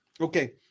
Okay